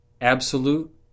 absolute